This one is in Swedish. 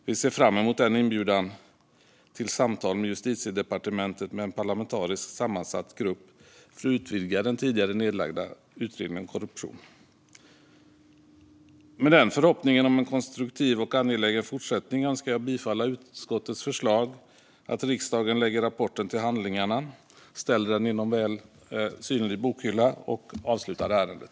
Vi ser fram emot en inbjudan till samtal med Justitiedepartementet med en parlamentariskt sammansatt grupp för att utvidga den tidigare nedlagda utredningen om korruption. Med den förhoppningen om en konstruktiv och angelägen fortsättning yrkar jag bifall till utskottets förslag att riksdagen lägger rapporten till handlingarna, ställer den i någon väl synlig bokhylla och avslutar ärendet.